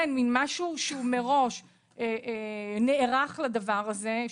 מין משהו שמראש נערך לדבר הזה,